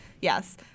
Yes